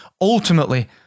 ultimately